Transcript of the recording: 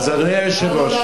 עוול גדול.